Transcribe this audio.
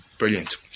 brilliant